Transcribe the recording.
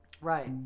right